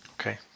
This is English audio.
Okay